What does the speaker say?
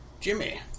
Jimmy